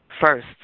first